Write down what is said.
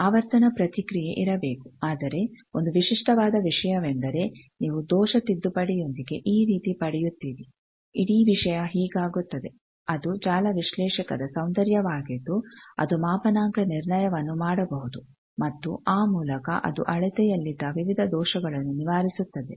ಆವರ್ತನ ಪ್ರತಿಕ್ರಿಯೆ ಇರಬೇಕು ಆದರೆ ಒಂದು ವಿಶಿಷ್ಟವಾದ ವಿಷಯವೆಂದರೆ ನೀವು ದೋಷ ತಿದ್ದುಪಡಿಯೊಂದಿಗೆ ಈ ರೀತಿ ಪಡೆಯುತ್ತಿರಿ ಇಡೀ ವಿಷಯ ಹೀಗಾಗುತ್ತದೆ ಅದು ಜಾಲ ವಿಶ್ಲೇಷಕದ ಸೌಂದರ್ಯವಾಗಿದ್ದು ಅದು ಮಾಪನಾಂಕ ನಿರ್ಣಯವನ್ನು ಮಾಡಬಹುದು ಮತ್ತು ಆ ಮೂಲಕ ಅದು ಅಳತೆಯಲ್ಲಿದ್ದ ವಿವಿಧ ದೋಷಗಳನ್ನು ನಿವಾರಿಸುತ್ತದೆ